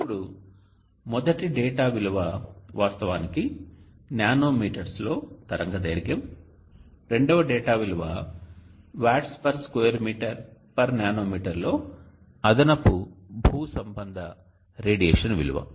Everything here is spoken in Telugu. ఇప్పుడు మొదటి డేటా విలువ వాస్తవానికి నానో మీటర్స్ లో తరంగదైర్ఘ్యం రెండవ డేటా విలువ watts per square metre per nanometre లో అదనపు భూసంబంధ రేడియేషన్ విలువ